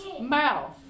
mouth